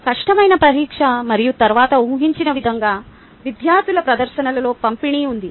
కష్టమైన పరీక్ష మరియు తరువాత ఊహించిన విధంగా విద్యార్థుల ప్రదర్శనలలో పంపిణీ ఉంది